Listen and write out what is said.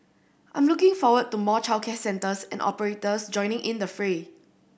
I'm looking forward to more childcare centres and operators joining in the fray